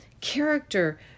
character